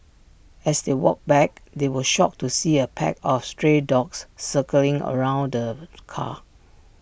as they walked back they were shocked to see A pack of stray dogs circling around the car